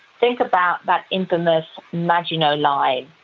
think about that infamous maginot line,